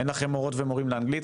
אין לכם מורות ומורים לאנגלית,